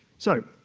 so,